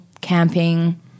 camping